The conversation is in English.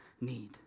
need